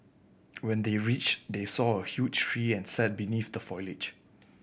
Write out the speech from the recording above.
when they reached they saw a huge tree and sat beneath the foliage